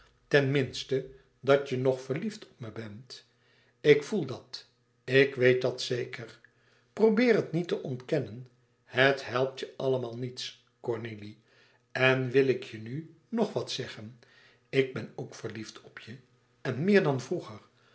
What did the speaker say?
minste dat je nog verliefd op me bent ik voel dat ik weet dat zeker probeer het niet te ontkennen het helpt je allemaal niets cornélie en wil ik je nu nog wat zeggen ik ben ook verliefd op je en meer dan vroeger